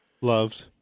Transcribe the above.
Loved